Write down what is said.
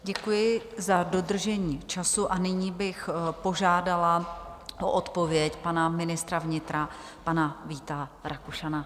Děkuji za dodržení času a nyní bych požádala o odpověď pana ministra vnitra, pana Víta Rakušana.